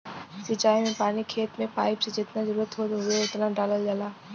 सिंचाई में पानी खेत में पाइप से जेतना जरुरत होत हउवे ओतना डालल जाला